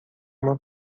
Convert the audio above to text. uma